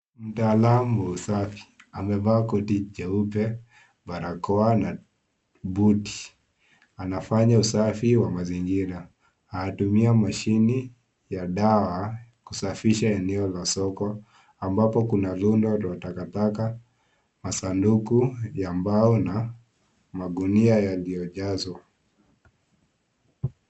Mtaalamu wa usafi amevaa koti cheupe barakoa na buti , anafanya usafi wa mazingira anatumia mashini ya dawa kusafisha eneo la soko ambako kuna rundo la takataka, masanduku ya mbao na magunia yaliyojazwa.